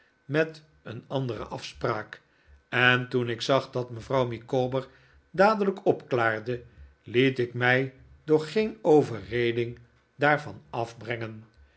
met een aridere afspraak en toen ik zag dat mevrouw micawber dadelijk opklaarde liet ik mij door geen overreding daarvan afbrengen